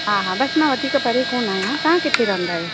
हा हा बसि मां वधीक परे कोन आहियां तव्हां किथे रहंदा आहियो